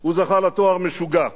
הוא זכה לתואר "משוגע",